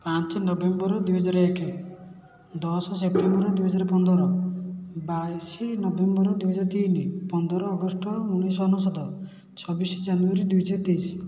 ପାଞ୍ଚ ନଭେମ୍ବର ଦୁଇହଜାର ଏକ ଦଶ ସେପ୍ଟେମ୍ବର ଦୁଇହଜାର ପନ୍ଦର ବାଇଶ ନଭେମ୍ବର ଦୁଇହଜାର ତିନି ପନ୍ଦର ଅଗଷ୍ଟ ଉଣେଇଶହ ଅନେଶତ ଛବିଶ ଜାନୁୟାରୀ ଦୁଇହଜାର ତେଇଶ